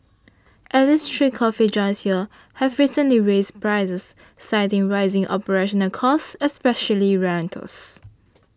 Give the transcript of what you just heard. at least three coffee joints here have recently raised prices citing rising operational costs especially rentals